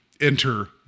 enter